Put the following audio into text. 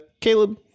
Caleb